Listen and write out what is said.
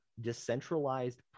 decentralized